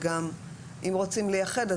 גם אם רוצים לייחד,